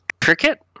cricket